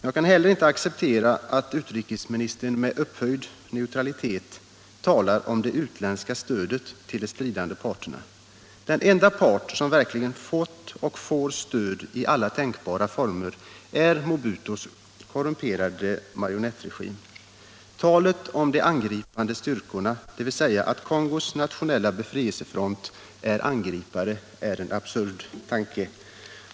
Jag kan heller inte acceptera att utrikesministern med upphöjd neutralitet talar om ”det utländska stödet till de stridande parterna”. Den enda part som verkligen fått och får stöd i alla tänkbara former är Mobutus korrumperade marionettregim. Talet om ”de angripande styrkorna”, dvs. att Kongos nationella befrielsefront är angripare, är en absurditet.